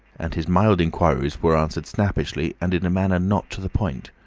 and his mild inquiries were answered snappishly and in a manner not to the point.